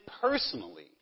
personally